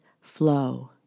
flow